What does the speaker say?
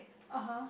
(uh huh)